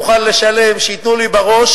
מוכן לשלם, שייתנו לי בראש.